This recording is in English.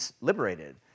liberated